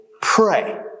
pray